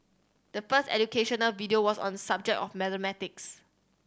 the first educational video was on subject of mathematics